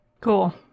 Cool